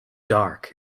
dark